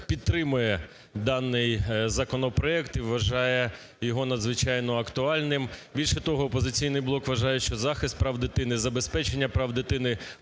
підтримує даний законопроект і вважає його надзвичайно актуальним. Більше того, "Опозиційний блок" вважає, що захист прав дитини, забезпечення прав дитини,